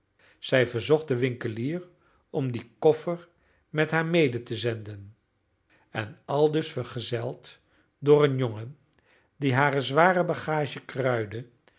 zij verzocht den winkelier om dien koffer met haar mede te zenden en aldus vergezeld door een jongen die hare zware bagage kruide